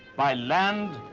by land,